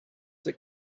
that